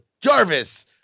Jarvis